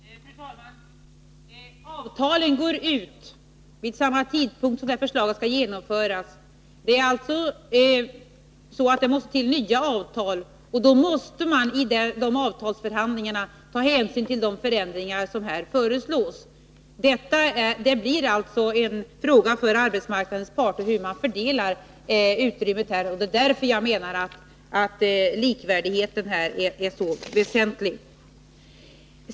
Fru talman! Avtalen går ut vid samma tidpunkt som ändringen föreslås bli genomförd. Det måste alltså till nya avtal, och i avtalsförhandlingarna måste tas hänsyn till de förändringar som här föreslås. Det blir alltså en fråga för arbetsmarknadens parter hur man fördelar utrymmet, och det är därför jag menar att likvärdigheten är väsentlig.